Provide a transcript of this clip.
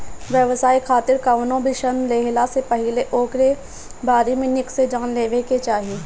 व्यवसाय खातिर कवनो भी ऋण लेहला से पहिले ओकरी बारे में निक से जान लेवे के चाही